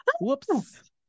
Whoops